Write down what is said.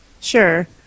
Sure